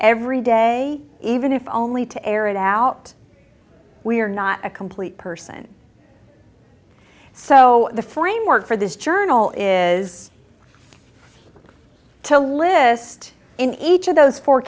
every day even if only to air it out we are not a complete person so the framework for this journal is to list in each of those four